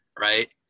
Right